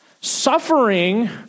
Suffering